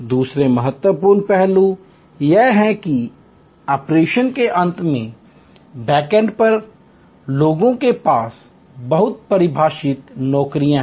दूसरा महत्वपूर्ण पहलू यह है कि ऑपरेशन के अंत में बैकएंड पर लोगों के पास बहुत परिभाषित नौकरियां हैं